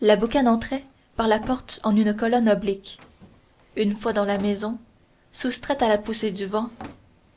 la boucane entrait par la porte en une colonne oblique une fois dans la maison soustraite à la poussée du vent